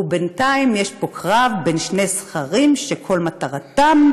ובינתיים יש פה קרב בין שני זכרים שכל מטרתם,